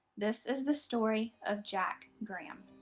this is the story of jack graham.